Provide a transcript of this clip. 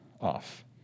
off